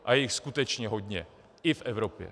A je jich skutečně hodně i v Evropě.